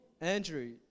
Andrew